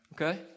okay